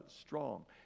strong